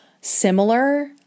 similar